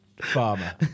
Farmer